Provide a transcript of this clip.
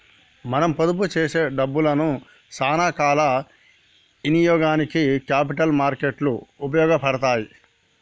మనం పొదుపు చేసే డబ్బులను సానా కాల ఇనియోగానికి క్యాపిటల్ మార్కెట్ లు ఉపయోగపడతాయి